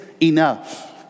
enough